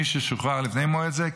מי ששוחרר לפני מועד זה,